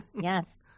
yes